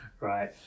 Right